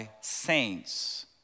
saints